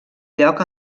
lloc